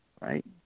right